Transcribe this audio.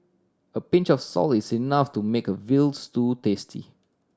a pinch of salt is enough to make a veal tasty